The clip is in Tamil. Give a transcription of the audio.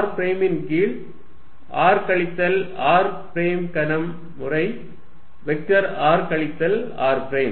r பிரைமின் கீழ் r கழித்தல் r பிரைம் கனம் முறை வெக்டர் r கழித்தல் r பிரைம்